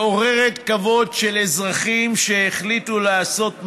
מעוררת כבוד, של אזרחים שהחליטו לעשות מעשה.